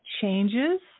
changes